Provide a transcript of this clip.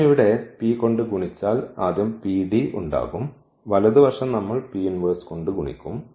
ആദ്യം ഇവിടെ P കൊണ്ട് ഗുണിച്ചാൽ ആദ്യം PD ഉണ്ടാകും വലത് വശം നമ്മൾ കൊണ്ട് ഗുണിക്കും